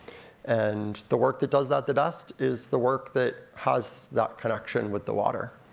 and the work that does that the best is the work that has that connection with the water.